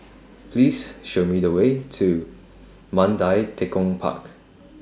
Please Show Me The Way to Mandai Tekong Park